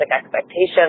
expectations